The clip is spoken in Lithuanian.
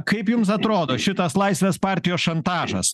kaip jums atrodo šitas laisvės partijos šantažas